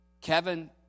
Kevin